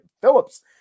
Phillips